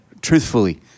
truthfully